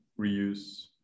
reuse